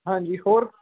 ਹਾਂਜੀ ਹੋਰ